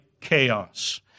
chaos